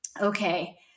okay